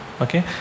okay